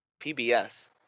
PBS